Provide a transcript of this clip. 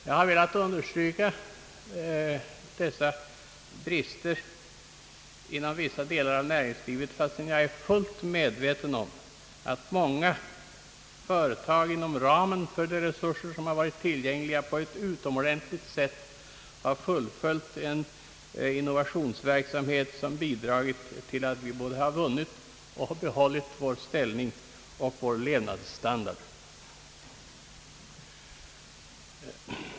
Jag har velat understryka dessa brister inom vissa delar av näringslivet, fastän jag är fullt medveten om att många företag inom ramen för de resurser som har varit tillgängliga på ett utomordentligt sätt har fullföljt en innovationsverksamhet som bidragit till att vi både vunnit och hållit vår ställning och vår levnadsstandard.